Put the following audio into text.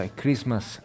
Christmas